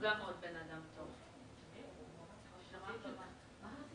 לפני שאני מעלה